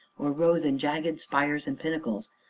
or rose in jagged spires and pinnacles,